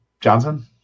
Johnson